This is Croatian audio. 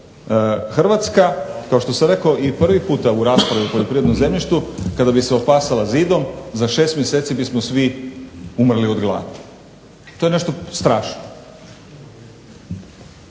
Hrvatska, kao što sam rekao i prvi puta u raspravi o poljoprivrednom zemljištu, kada bi se opasala zidom za 6 mjeseci bismo svi umrli od gladi. To je nešto strašno.